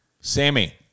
Sammy